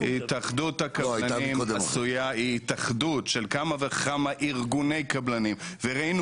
התאחדות הקבלנים היא התאחדות של כמה וכמה ארגוני קבלנים וראינו